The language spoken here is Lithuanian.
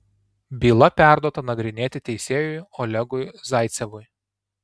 byla perduota nagrinėti teisėjui olegui zaicevui